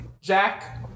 Jack